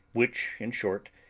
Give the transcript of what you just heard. which, in short,